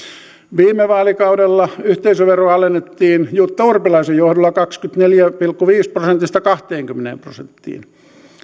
viime vaalikaudella yhteisövero alennettiin jutta urpilaisen johdolla kahdestakymmenestäneljästä pilkku viidestä prosentista kahteenkymmeneen prosenttiin